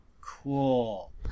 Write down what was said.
cool